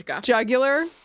jugular